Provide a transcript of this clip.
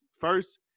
first